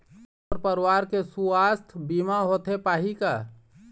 मोर परवार के सुवास्थ बीमा होथे पाही का?